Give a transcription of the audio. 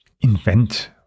invent